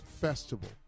festival